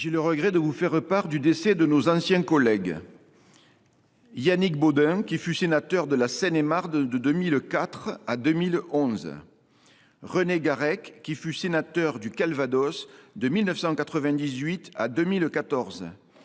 J’ai le regret de vous faire part du décès de nos anciens collègues, Yannick Bodin, qui fut sénateur de la Seine et Marne de 2004 à 2011, et René Garrec, qui fut sénateur du Calvados de 1998 à 2014.